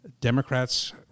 Democrats